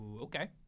Okay